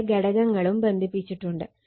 ഇതിലെ ഘടകങ്ങളും ബന്ധപ്പിച്ചിട്ടുണ്ട്